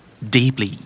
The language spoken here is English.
Deeply